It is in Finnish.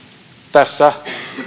tässä